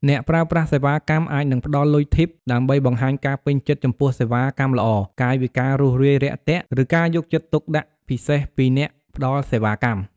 អ្នកប្រើប្រាស់សេវាកម្មអាចនឹងផ្ដល់លុយធីប ដើម្បីបង្ហាញការពេញចិត្តចំពោះសេវាកម្មល្អ កាយវិការរួសរាយរាក់ទាក់ ឬការយកចិត្តទុកដាក់ពិសេសពីអ្នកផ្ដល់សេវាកម្ម។